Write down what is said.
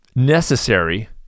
necessary